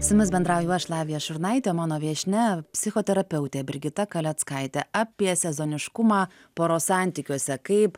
su jumis bendrauju aš lavija šurnaitė o mano viešnia psichoterapeutė brigita kaleckaitė apie sezoniškumą poros santykiuose kaip